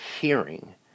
hearing